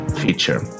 feature